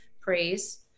praise